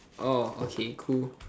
oh okay cool